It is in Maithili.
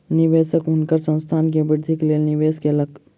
निवेशक हुनकर संस्थान के वृद्धिक लेल निवेश कयलक